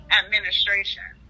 administration